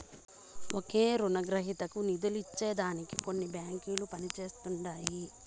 ఒకే రునగ్రహీతకి నిదులందించే దానికి కొన్ని బాంకిలు పనిజేస్తండాయి